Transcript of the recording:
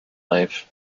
life